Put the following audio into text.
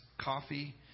coffee